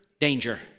danger